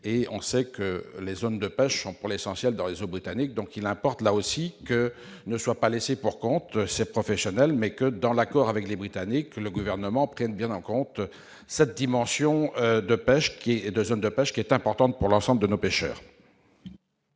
et on sait que les zones de pêche sont pour l'essentiel dans les britanniques donc il importe là aussi que ne soient pas laissés pour compte, ces professionnels, mais que dans l'accord avec les Britanniques que le gouvernement prenne bien en compte cette dimension de pêche qui est de zones de pêche qui est importante pour l'ensemble de nos pêcheurs.